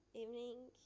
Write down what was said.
evening